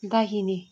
दाहिने